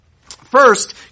First